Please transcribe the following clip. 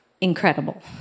incredible